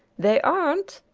they aren't?